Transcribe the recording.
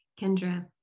Kendra